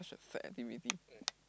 sad activity